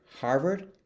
Harvard